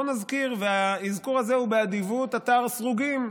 בואו נזכיר והאזכור הוא באדיבות אתר סרוגים,